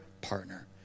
partner